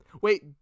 wait